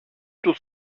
του